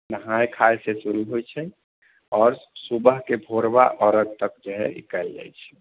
नहाए खाएसँ शुरु होइत छै आओर सुबहके भोरवा अरघ तक जे है ई कएल जाइत छै